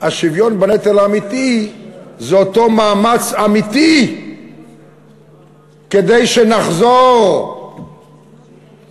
השוויון בנטל האמיתי זה אותו מאמץ אמיתי כדי שנחזור לעבודה.